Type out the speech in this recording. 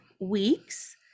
weeks